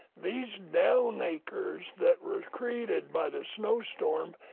these down acres that were created by the snowstorm,